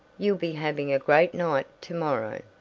you'll be having a great night to-morrow.